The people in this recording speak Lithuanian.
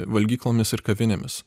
valgyklomis ir kavinėmis